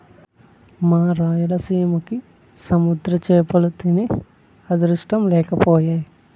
మా రాయలసీమకి సముద్ర చేపలు తినే అదృష్టం లేకపాయె